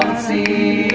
see